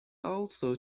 also